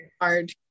hard